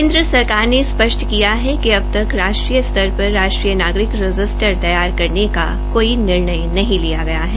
केन्द्र सरकार ने स्प्रष्ट किया है कि अबतक राष्ट्रीय स्तर पर राष्ट्रीय नागरिक रजिस्टर तैयार करने का कोई निर्णय गया है